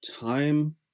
time